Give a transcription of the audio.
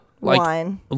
Wine